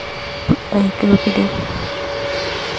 ᱟᱹᱭᱠᱟᱹᱣ ᱠᱤᱫᱟᱹᱧ